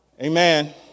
Amen